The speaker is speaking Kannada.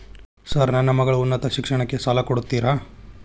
ಸರ್ ನನ್ನ ಮಗಳ ಉನ್ನತ ಶಿಕ್ಷಣಕ್ಕೆ ಸಾಲ ಕೊಡುತ್ತೇರಾ?